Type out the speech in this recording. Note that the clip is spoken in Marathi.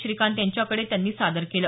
श्रीकांत यांच्याकडे त्यांनी सादर केलं